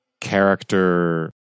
character